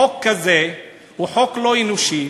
חוק כזה הוא לא אנושי,